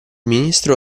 ministro